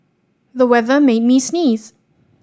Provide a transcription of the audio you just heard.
the weather made me sneeze